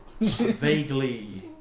vaguely